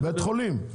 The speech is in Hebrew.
בית חולים.